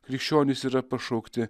krikščionys yra pašaukti